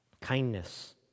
Kindness